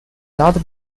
not